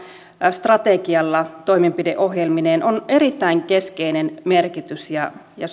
strategialla toimenpideohjelmineen on erittäin keskeinen merkitys ja ja